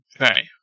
Okay